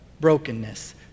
brokenness